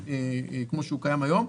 כמו שהוא קיים היום,